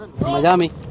Miami